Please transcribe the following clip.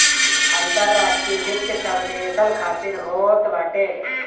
अंतर्राष्ट्रीय वित्त सब देसन खातिर होत बाटे